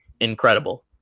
incredible